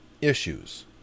issues